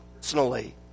personally